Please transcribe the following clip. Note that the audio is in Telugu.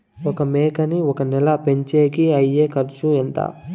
ఒక మేకని ఒక నెల పెంచేకి అయ్యే ఖర్చు ఎంత?